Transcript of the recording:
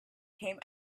came